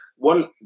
One